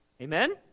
Amen